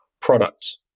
products